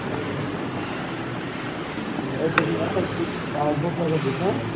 اَچھا ٹھیٖک تُہۍ چھُو نیران أتۍتھٕے پٲنٛژِ بجہِ ٲسۍوا تُہۍ ہُشیار